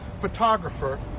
photographer